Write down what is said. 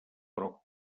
però